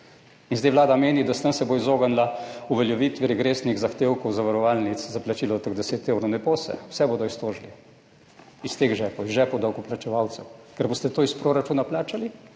In zdaj Vlada meni, da se bo s tem izognila uveljavitvi regresnih zahtevkov zavarovalnic za plačilo teh 10 evrov. Ne bo se. Vse bodo iztožili iz teh žepov, iz žepov davkoplačevalcev, ker boste to iz proračuna plačali.